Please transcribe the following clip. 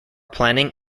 planning